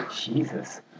Jesus